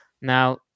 now